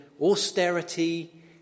austerity